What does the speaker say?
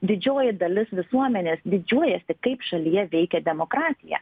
didžioji dalis visuomenės didžiuojasi kaip šalyje veikia demokratija